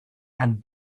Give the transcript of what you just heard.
and